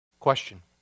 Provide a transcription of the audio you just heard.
Question